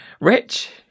Rich